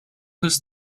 his